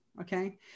Okay